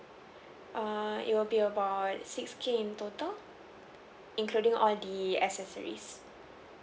err it will be about six K in total including all the accessories